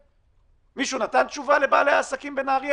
מישהו נתן תשובה לבעלי העסקים בנהריה